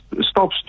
stop